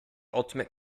ultimate